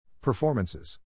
Performances